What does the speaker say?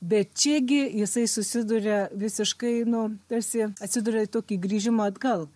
bet čiagi jisai susiduria visiškai nu tarsi atsiduria į tokį grįžimą atgal